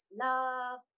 love